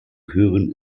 hören